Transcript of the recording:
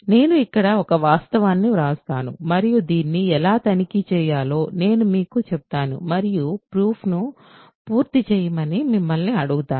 నేను ఇక్కడ ఒక వాస్తవాన్ని వ్రాస్తాను మరియు దీన్ని ఎలా తనిఖీ చేయాలో నేను మీకు చెప్తాను మరియు ప్రూఫ్ ను పూర్తి చేయమని మిమ్మల్ని అడుగుతాను